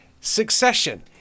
Succession